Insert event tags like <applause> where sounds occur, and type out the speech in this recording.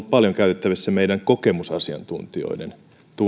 <unintelligible> paljon käytettävissä meidän kokemusasiantuntijoidemme